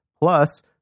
Plus